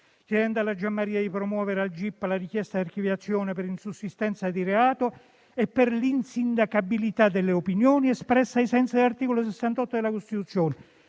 chiedendo alla Giammaria di promuovere al gip la richiesta di archiviazione per insussistenza di reato e per l'insindacabilità delle opinioni espresse ai sensi dell'articolo 68 della Costituzione.